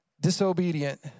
disobedient